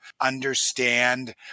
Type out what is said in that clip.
understand